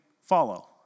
follow